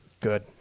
Good